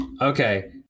Okay